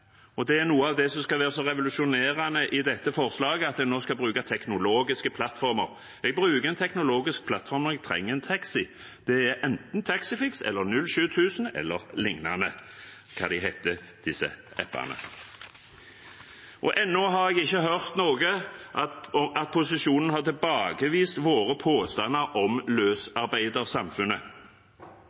Og det er noe av det som skal være så revolusjonerende i dette forslaget, at man nå skal bruke teknologiske plattformer. Jeg bruker en teknologisk plattform når jeg trenger en taxi, det er enten Taxifix eller 07000 – eller hva de heter disse appene. Ennå har jeg ikke hørt at posisjonen har tilbakevist våre påstander om løsarbeidersamfunnet,